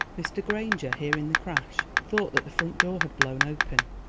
mr. granger, hearing the crash, thought that the front door had blown open.